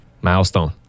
milestone